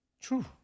True